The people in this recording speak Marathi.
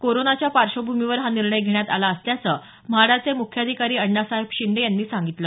कोरोनाच्या पार्श्चभूमीवर हा निर्णय घेण्यात आला असल्याचं म्हाडाचे मुख्याधिकारी अण्णासाहेब शिंदे यांनी सांगितलं